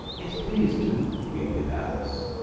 yes, please do pleaded alice.